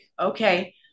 okay